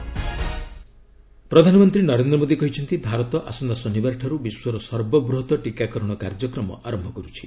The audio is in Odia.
ପିଏମ୍ ସିଏମ୍ଏସ୍ ପ୍ରଧାନମନ୍ତ୍ରୀ ନରେନ୍ଦ୍ର ମୋଦୀ କହିଛନ୍ତି ଭାରତ ଆସନ୍ତା ଶନିବାର ଠାରୁ ବିଶ୍ୱର ସର୍ବବୃହତ ଟିକାକରଣ କାର୍ଯ୍ୟକ୍ରମ ଆରମ୍ଭ କରୁଛି